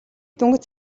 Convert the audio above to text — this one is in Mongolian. дөнгөж